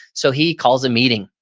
so he calls a meeting.